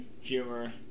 Humor